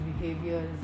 behaviors